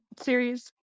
series